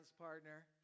partner